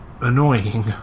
annoying